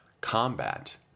combat